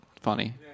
funny